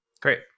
great